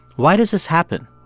why does this happen?